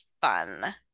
fun